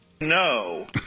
No